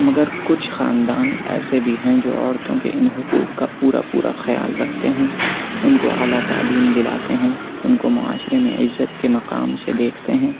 مگر کچھ خاندان ایسے بھی ہیں جو عورتوں کے ان حقوق کا پورا پورا خیال رکھتے ہیں ان کو اعلیٰ تعلیم دلاتے ہیں ان کو معاشرے میں عزّت کے مقام سے دیکھتے ہیں